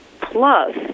Plus